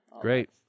Great